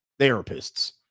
therapists